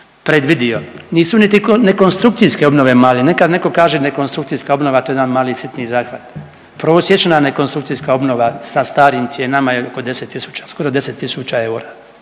predvidio. Nisu niti ni nekonstrukcijske obnove male. Nekad netko kaže nekonstrukcijska obnova to je jedan mali sitni zahvat. Prosječna nekonstrukcijska obnova sa starim cijenama je oko 10000, skoro 10000 eura,